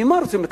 ממה רוצים לקצץ?